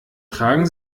tragen